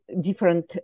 different